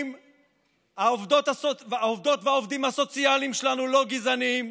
העובדות והעובדים הסוציאליים שלנו לא גזענים.